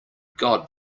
god